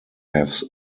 have